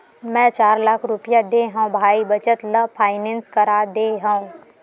मै चार लाख रुपया देय हव भाई बचत ल फायनेंस करा दे हँव